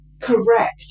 correct